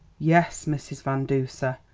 yes, mrs. van duser.